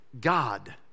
God